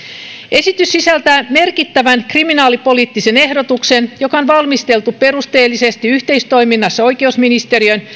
esitys sisältää merkittävän kriminaalipoliittisen ehdotuksen joka on valmisteltu perusteellisesti yhteistoiminnassa oikeusministeriön